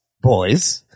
boys